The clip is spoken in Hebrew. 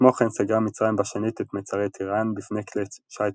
כמו כן סגרה מצרים בשנית את מצרי טיראן בפני כלי שיט